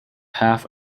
half